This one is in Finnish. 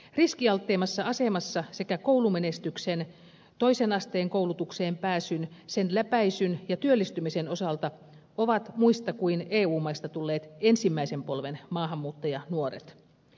riskialtteimmassa asemassa koulumenestyksen toisen asteen koulutukseen pääsyn sen läpäisyn ja työllistymisen osalta ovat muista kuin eu maista tulleet ensimmäisen polven maahanmuuttajanuoret